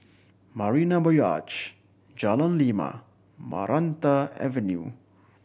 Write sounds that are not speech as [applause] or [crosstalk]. Marina [unintelligible] Jalan Lima Maranta Avenue